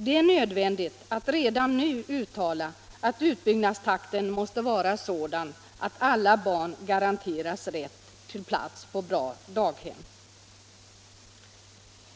Det är nödvändigt att redan nu uttala att utbyggnadstakten måste vara sådan att alla barn garanteras rätt till plats på bra daghem.